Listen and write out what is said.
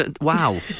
Wow